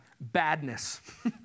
badness